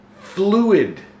fluid